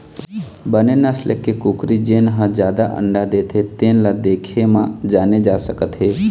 बने नसल के कुकरी जेन ह जादा अंडा देथे तेन ल देखे म जाने जा सकत हे